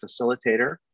facilitator